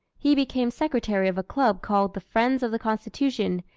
he became secretary of a club called the friends of the constitution,